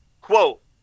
Quote